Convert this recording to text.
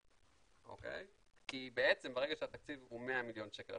כי בעצם ברגע שהתקציב הוא 100 מיליון שקל,